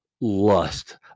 lust